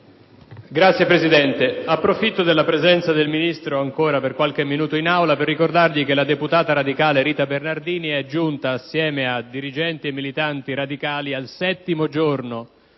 Signora Presidente, approfitto della presenza del Ministro in Aula ancora per qualche minuto per ricordargli che la deputata radicale Rita Bernardini è giunta, assieme a dirigenti e militanti radicali, al settimo giorno